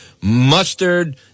Mustard